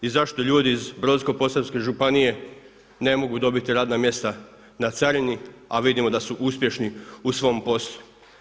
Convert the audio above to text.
I zašto ljudi iz Brodsko-posavske županije ne mogu dobiti radna mjesta na carini a vidimo da su uspješni u svom poslu.